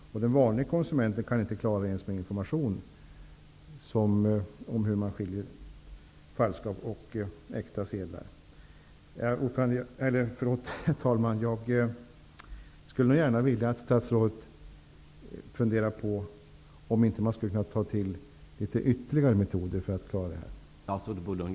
Den vanlige konsumenten kan inte klara sig enbart med informationen om hur man skiljer på falska och äkta sedlar. Herr talman! Jag skulle gärna vilja att statsrådet funderade över om man inte kan ta till ytterligare åtgärder för att klara av det här problemet.